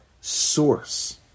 source